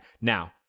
Now